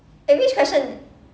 eh which question